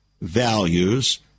values